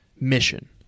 mission